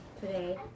today